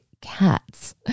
cats